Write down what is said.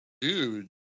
dude